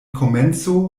komenco